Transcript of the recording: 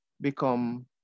become